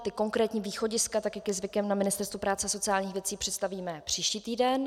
Ta konkrétní východiska tak, jak je zvykem na Ministerstvu práce a sociálních věcí, představíme příští týden.